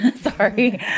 sorry